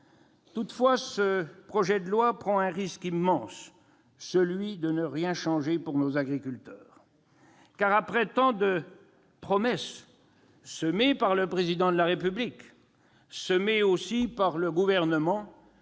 Toutefois, ce projet de loi prend un risque immense : celui de ne rien changer pour nos agriculteurs. Car, après tant de promesses semées par le Président de la République et par le Gouvernement,